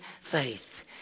faith